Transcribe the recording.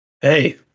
Hey